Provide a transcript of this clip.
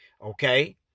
okay